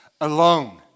alone